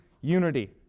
unity